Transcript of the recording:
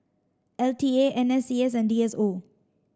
L T A N S C S and D S O